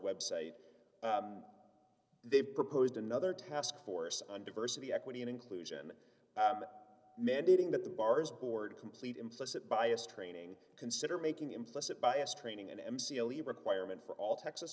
website they proposed another task force on diversity equity and inclusion mandating that the bar's board complete implicit bias training consider making implicit bias training and mc a legal requirement for all texas